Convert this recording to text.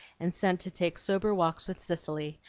and sent to take sober walks with cicely,